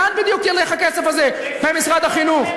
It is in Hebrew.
לאן בדיוק ילך הכסף הזה במשרד החינוך?